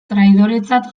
traidoretzat